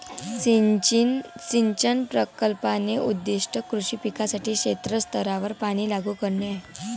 सिंचन प्रकल्पाचे उद्दीष्ट कृषी पिकांसाठी क्षेत्र स्तरावर पाणी लागू करणे आहे